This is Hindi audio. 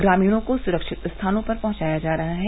ग्रामीणों को सुरक्षित स्थानों पर पहुंचाया जा रहा है